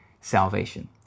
salvation